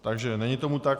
Takže není tomu tak.